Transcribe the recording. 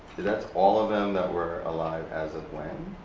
that's all of them that were alive as of when?